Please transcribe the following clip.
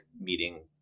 meeting